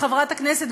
חבר הכנסת